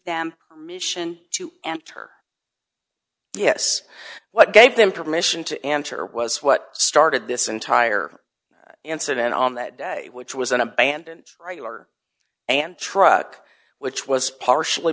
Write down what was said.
them permission to enter yes what gave them permission to enter was what started this entire incident on that day which was an abandoned regular and truck which was partially